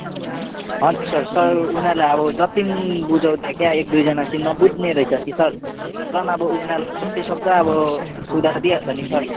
हजुर sir sir उनीहरूलाई अब जति नि बुझाउँदा क्या एकदुईजना चाहिँ नझ्ने रहेछ कि सर र पनि अब उनीहरूलाई जतिसक्दो अब सुधार दिइहाल्छ नि सर